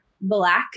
black